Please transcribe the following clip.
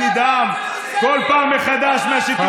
אני נדהם בכל פעם מחדש משיתוף הפעולה.